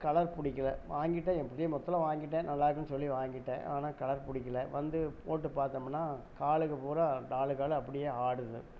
colour பிடிக்கல வாங்கிட்டேன் எப்படியோ மொத்தத்தில் வாங்கிட்டேன் நல்லாருக்குன்னு சொல்லி வாங்கிட்டேன் ஆனால் கலர் பிடிக்கல வந்து போட்டு பார்த்தோமுன்னா காலுங்க பூரா காலுக்கு காலு அப்படியே ஆடுது